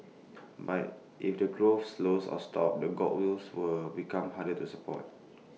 but if the growth slows or stops that goodwill will become harder to support